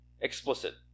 explicit